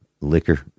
liquor